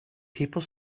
people